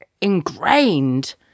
ingrained